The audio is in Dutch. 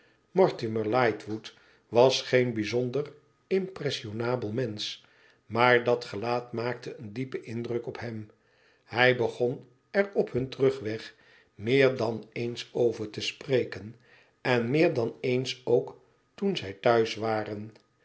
mortimer lightwood was geen bijzonder impressionabel mensch maar dat gelaat maakte een diepen indruk op hem hij begon er op hun terugweg meer dan eens over te spreken en meer dan eens ook toen zij thuis waren